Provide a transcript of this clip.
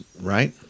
right